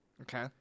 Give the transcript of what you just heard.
Okay